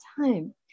time